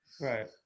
Right